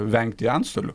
vengti antstolių